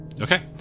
Okay